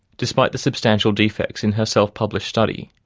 despite the substantial defects in her self-published study,